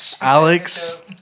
Alex